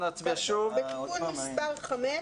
בתיקון מספר 5,